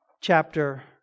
chapter